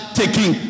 taking